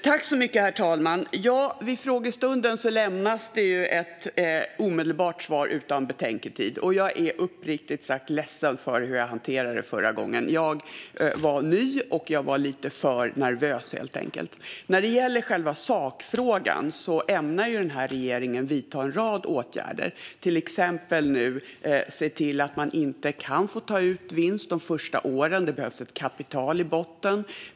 Herr talman! Vid frågestunden lämnas ett omedelbart svar utan betänkandetid, och jag är uppriktigt sagt ledsen för hur jag hanterade detta förra gången. Jag var ny, och jag var lite för nervös, helt enkelt. När det gäller själva sakfrågan ämnar regeringen vidta en rad åtgärder, till exempel se till att man inte kan ta ut vinst de första åren. Det behövs ett kapital i botten.